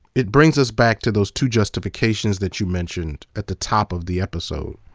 it brings us back to those two justifications that you mentioned at the top of the episode,